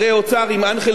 יו"ר ה-OECD.